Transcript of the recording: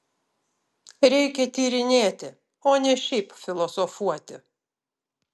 reikia tyrinėti o ne šiaip filosofuoti